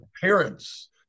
parents